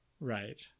Right